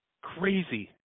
Crazy